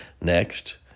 Next